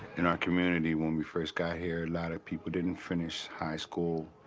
in our community, when we first got here, a lot of people didn't finish high school.